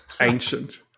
ancient